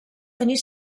tenir